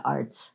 Arts